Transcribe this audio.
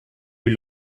lut